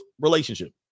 relationship